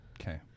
Okay